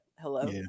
hello